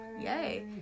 Yay